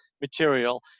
material